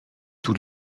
tous